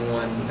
one